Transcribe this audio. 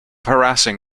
harassing